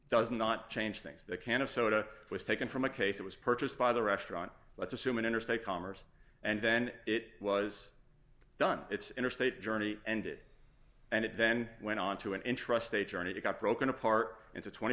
does not change things that can of soda was taken from a case that was purchased by the restaurant let's assume an interstate commerce and then it was done it's interstate journey ended and then went on to an interesting journey you got broken apart into twenty